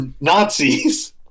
nazis